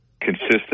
consistent